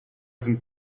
sind